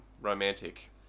romantic